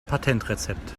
patentrezept